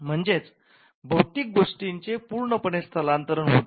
म्हणजेच भौतिक गोष्टींचे पूर्णपणे स्थलांतरण होते